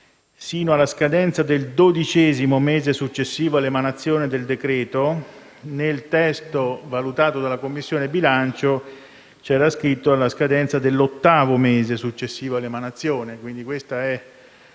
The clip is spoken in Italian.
«Sino alla scadenza del dodicesimo mese successivo all'emanazione del decreto», mentre nel testo valutato dalla Commissione bilancio era scritto «Sino alla scadenza dell'ottavo mese successivo all'emanazione del decreto».